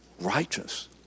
righteous